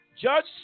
Judge